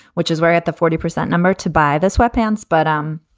which is where at the forty percent number to by the sweat pants. but um,